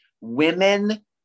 women